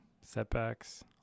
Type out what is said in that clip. Setbacks